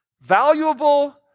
valuable